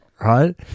Right